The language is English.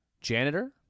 janitor